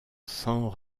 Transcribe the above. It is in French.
sans